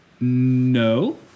No